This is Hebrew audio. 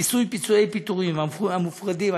מיסוי פיצוי פיטורין המופרדים,